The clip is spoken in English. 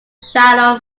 shallow